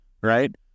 Right